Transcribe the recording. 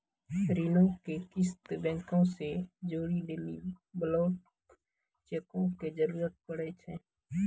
ऋणो के किस्त बैंको से जोड़ै लेली ब्लैंक चेको के जरूरत पड़ै छै